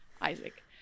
isaac